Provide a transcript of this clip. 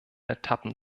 etappen